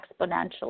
exponentially